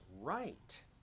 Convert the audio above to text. right